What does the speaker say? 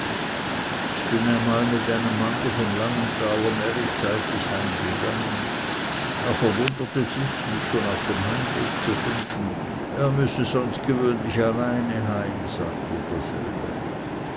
ich bin einmal mit einem mannli vom langentalermärit zeitlich heimgegangen es verwunderte sich mich schon auf dem heimweg zu finden es müsse sonst gewöhnlich alleine heim sagte dasselbe